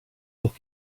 will